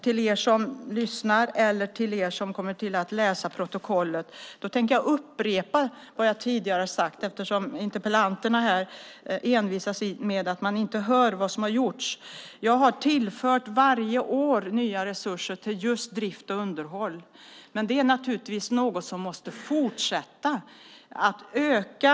Till er som lyssnar eller kommer att läsa protokollet tänkte jag upprepa vad jag tidigare sagt eftersom interpellanterna envisas med att man inte hör vad som har gjorts. Jag har varje år tillfört nya resurser till just drift och underhåll, men det är naturligtvis något som måste fortsätta att öka.